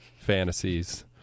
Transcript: fantasies